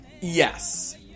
Yes